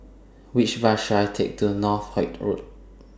Which Bus should I Take to Northolt Road